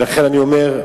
לכן אני אומר,